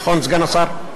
נכון סגן השר?